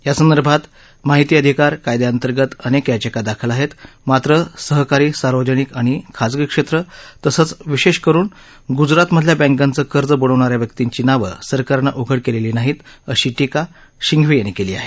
यासंदर्भात माहिती अधिकार कायद्याअंतर्गत अनेक याचिका दाखल आहेत मात्र सहकारी सार्वजनिक आणि खाजगी क्षेत्र तसंच विशेष करून गुजरातमधल्या बँकांचं कर्ज बुडवणाऱ्या व्यक्तींची नावं सरकारनं उघड केलेली नाहीत अशी टीका सिंघवी यांनी केली आहे